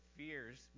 fears